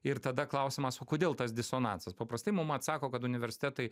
ir tada klausimas o kodėl tas disonansas paprastai mum atsako kad universitetai